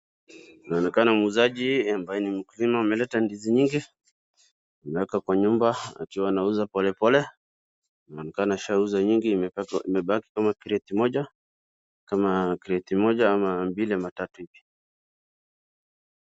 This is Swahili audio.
Inaonekana muuzaji ambaye ni mkulima ameleta ndizi nyingi, ameweka kwa nyumba akiwa anauza polepole, inaonekana ashauza nyingi imebaki kama kreti moja, kama kreti moja ama mbili ama tatu hivi.